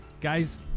Guys